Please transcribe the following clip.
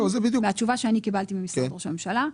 והתשובה שאני קיבלתי ממשרד ראש הממשלה,